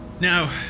now